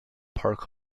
park